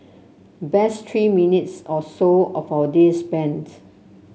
best three minutes or so of our day spends